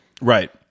right